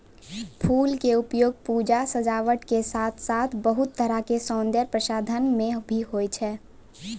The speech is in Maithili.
फूल के उपयोग पूजा, सजावट के साथॅ साथॅ बहुत तरह के सौन्दर्य प्रसाधन मॅ भी होय छै